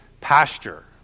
pasture